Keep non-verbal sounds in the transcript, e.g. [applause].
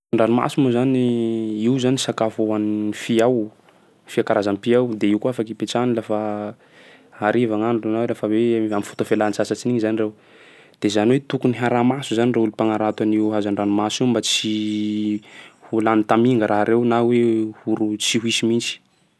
Ndranomasy moa io zany sakafo hohanin'ny fia ao, fia karazam-pia ao. De io koa afaky ipetrahany lafa ariva gn'andro na rehefa hoe am'fotoa fialan-tsasatsy igny zany reo. De zany hoe tokony arahi-maso zany reo olo mpagnarato an'io hazan-dranomasy io mba tsy [hesitation] ho lany taminga raha reo na hoe ho roy tsy ho hisy mihitsy.